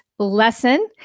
lesson